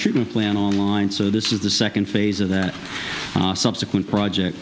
treatment plan online so this is the second phase of that subsequent project